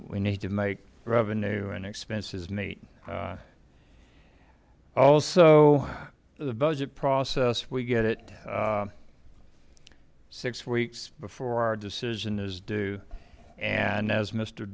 we need to make revenue and expenses meet also the budget process we get it six weeks before our decision is due and as m